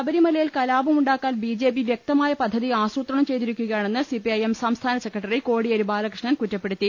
ശബരിമലയിൽ കലാപമുണ്ടാക്കാൻ B J P വൃക്തമായ പദ്ധതി ആസൂത്രണം ചെയ്തിരിക്കുകയാണെന്ന് സിപിഐഎം സംസ്ഥാന സെക്രട്ടറി കോടിയേരി ബാലകൃഷ്ണൻ കുറ്റപ്പെടു ത്തി